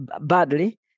badly